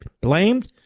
blamed